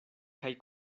kaj